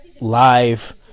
live